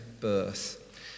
birth